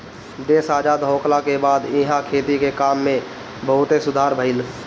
देश आजाद होखला के बाद इहा खेती के काम में बहुते सुधार भईल